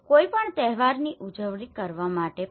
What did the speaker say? કોઈપણ તહેવારોની ઉજવણી કરવા માટે પણ